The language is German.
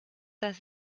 das